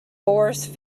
force